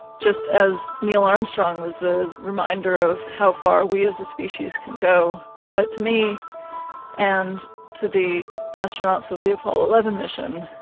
just as neil armstrong was a reminder of how far we as a species can go. but to me and to the astronauts of the apollo eleven mission,